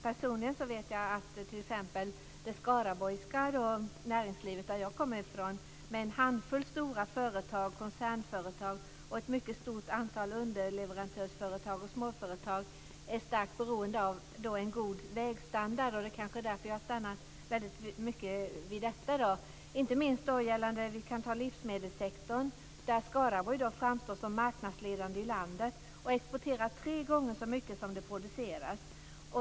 Personligen vet jag, eftersom jag kommer därifrån, att näringslivet i Skaraborg med en handfull stora koncernföretag och ett mycket stort antal underleverantörsföretag och småföretag är starkt beroende av en god vägstandard. Det är kanske därför som jag har stannat väldigt mycket vid detta. Det gäller inte minst livsmedelssektorn. Där framstår Skaraborg som marknadsledande i landet och exporterar tre gånger så mycket som det producerar.